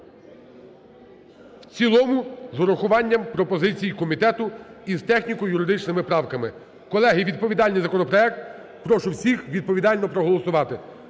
в цілому з урахуванням пропозицій комітету і з техніко-юридичними правками. Колеги, відповідальний законопроект, прошу всіх відповідально проголосувати.